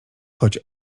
choć